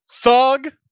thug